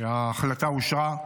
וההחלטה אושרה,